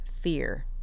fear